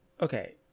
Okay